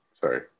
Sorry